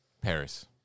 Paris